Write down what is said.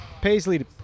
Paisley